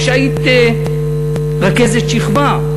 היית שם רכזת שכבה,